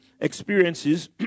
experiences